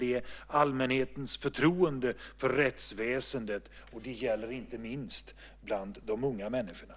Det är allmänhetens förtroende för rättsväsendet. Det gäller inte minst bland de unga människorna.